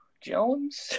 Jones